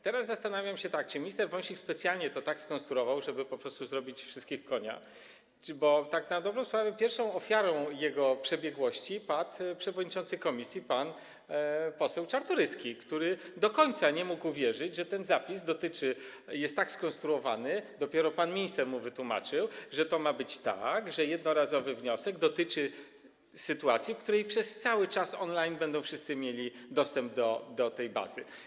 Teraz zastanawiam się, czy minister Wąsik specjalnie tak to skonstruował, żeby po prostu zrobić wszystkich w konia, bo tak na dobrą sprawę pierwszą ofiarą jego przebiegłości padł przewodniczący komisji pan poseł Czartoryski, który do końca nie mógł uwierzyć, że ten zapis jest tak skonstruowany - dopiero pan minister mu wytłumaczył - że to ma być tak, że jednorazowy wniosek dotyczy sytuacji, w której przez cały czas on-line będą wszyscy mieli dostęp do tej bazy.